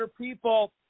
people